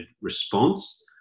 response